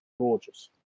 gorgeous